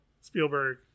Spielberg